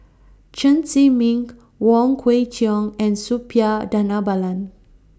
Chen Zhiming Wong Kwei Cheong and Suppiah Dhanabalan